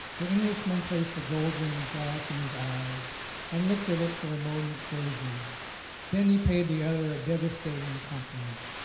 the englishman placed a gold rimmed glass in his eye and looked at it for a mo ment gravely then he paid the other a devastating compliment.